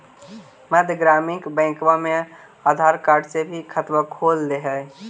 मध्य ग्रामीण बैंकवा मे आधार कार्ड से भी खतवा खोल दे है?